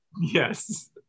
Yes